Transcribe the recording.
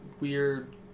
weird